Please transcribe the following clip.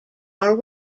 are